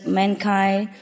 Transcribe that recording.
mankind